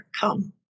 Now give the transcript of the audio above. come